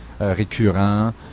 récurrent